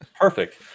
perfect